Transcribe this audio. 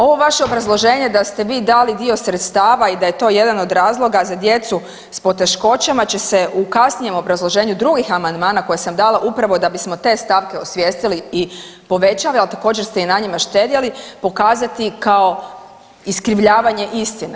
Ovo vaše obrazloženje da ste vi dali dio sredstava i da je to jedan od razloga za djecu s poteškoćama će se u kasnijem obrazloženju drugih amandmana koje sam dala upravo da bismo te stavke osvijestili i povećali, a također ste i na njima štedjeli, pokazati kao iskrivljavanje istine.